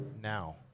now